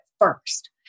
first